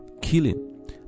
killing